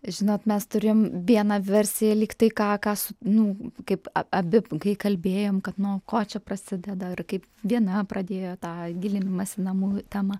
žinot mes turim vieną versiją lyg tai ką ką su nu kaip abi kai kalbėjom kad nuo ko čia prasideda ir kaip viena pradėjo tą gilinimąsi namų tema